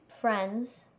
friends